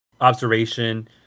observation